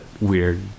weird